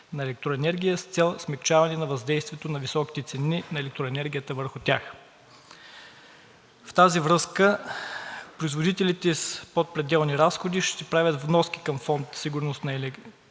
на електроенергия с цел смегчаване на въздействието на високите цени на електроенергията върху тях. В тази връзка, производителите под пределни разходи ще правят вноски към фонд „Сигурност“ на електроенергийната